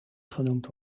genoemd